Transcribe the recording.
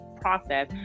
process